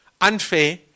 unfair